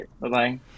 Bye-bye